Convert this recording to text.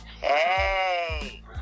Hey